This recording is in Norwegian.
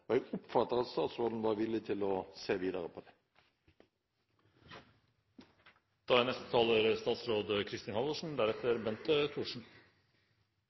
og jeg oppfatter at statsråden var villig til å se videre på det.